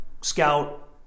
scout